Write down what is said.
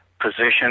position